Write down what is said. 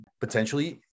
potentially